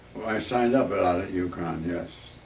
i signed up out at ucon, yes.